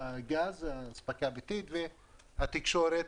ההספקה הביתית של גז ושוק התקשורת.